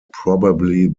probably